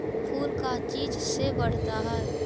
फूल का चीज से बढ़ता है?